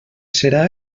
serà